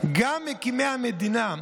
גם מקימי המדינה,